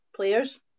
players